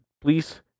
Please